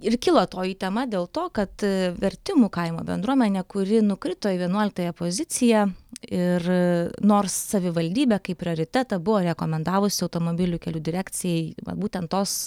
ir kilo toji tema dėl to kad vertimų kaimo bendruomenė kuri nukrito į vienuoliktąją poziciją ir nors savivaldybė kaip prioritetą buvo rekomendavusi automobilių kelių direkcijai va būtent tos